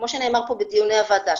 כמו שנאמר בדיוני הוועדה,